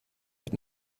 mit